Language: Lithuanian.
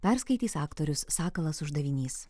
perskaitys aktorius sakalas uždavinys